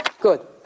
Good